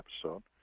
episode